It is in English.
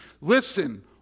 Listen